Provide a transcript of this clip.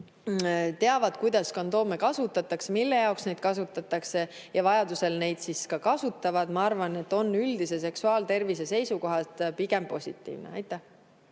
teavad, kuidas kondoome kasutatakse, mille jaoks neid kasutatakse ja vajadusel neid ka kasutavad, ma arvan, on üldise seksuaaltervise seisukohalt pigem positiivne. Ja